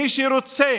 מי שרוצה